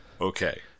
Okay